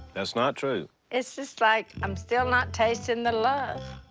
that's not true. it's just like i'm still not tasting the love.